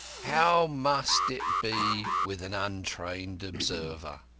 how must it be with an untrained observer?